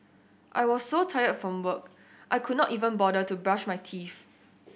I was so tired from work I could not even bother to brush my teeth